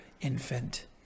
infant